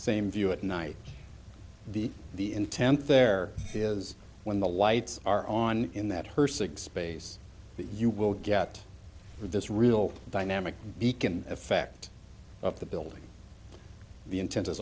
same view at night the the intent there is when the lights are on in that herceg space you will get this real dynamic beacon effect of the building the inten